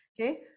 Okay